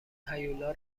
هیولا